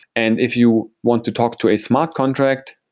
and if you want to talk to a smart contract,